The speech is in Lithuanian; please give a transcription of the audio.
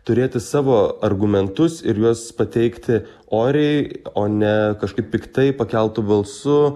turėti savo argumentus ir juos pateikti oriai o ne kažkaip piktai pakeltu balsu